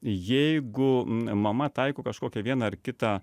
jeigu mama taiko kažkokią vieną ar kitą